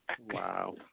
Wow